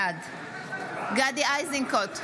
בעד גדי איזנקוט,